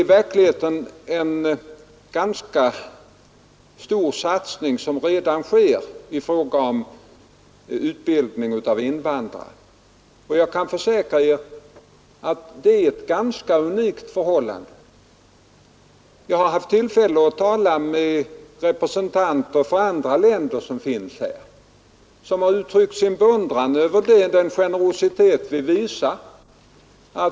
I verkligheten sker redan en ganska stor satsning på utbildning av invandrare, och jag kan försäkra att det är ett unikt förhållande. Jag har haft tillfälle att tala med representanter för andra länder som arbetar här och som har uttryckt sin beundran över den generositet som Sverige visar invandrarna.